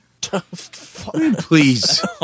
please